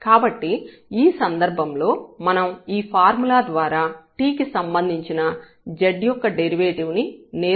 కాబట్టి ఆ సందర్భంలో మనం ఈ ఫార్ములా ద్వారా t కి సంబంధించిన z యొక్క డెరివేటివ్ ని నేరుగా లెక్కించవచ్చు